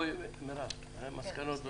בואי, מרב, מסקנות בסוף.